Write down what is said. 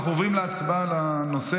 אנחנו עוברים להצבעה על הנושא.